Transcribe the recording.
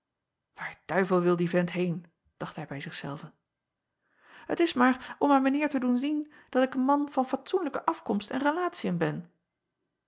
aar duivel wil de vent heen dacht hij bij zich zelven et is maar om aan mijn eer te doen zien dat ik een man van fatsoenlijke afkomst en relatiën ben